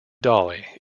dolly